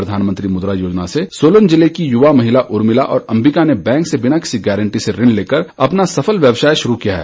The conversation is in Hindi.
प्रधानमंत्री मुद्रा योजना से सोलन ज़िले की युवा महिला उर्भिला और अंबिका ने बैंक से बिना किसी गारंटी से ऋण लेकर अपना सफल व्यवसाय शुरू किया है